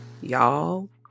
Y'all